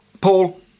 Paul